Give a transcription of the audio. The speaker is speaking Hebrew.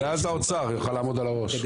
והאוצר יוכל לעמוד על הראש.